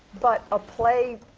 but a play,